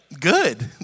good